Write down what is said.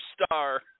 star